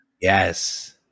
Yes